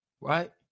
right